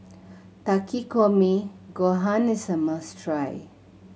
Takikomi Gohan is a must try